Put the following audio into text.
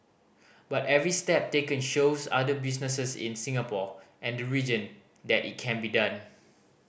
but every step taken shows other businesses in Singapore and the region that it can be done